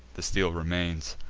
the steel remains.